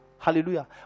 Hallelujah